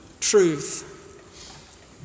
Truth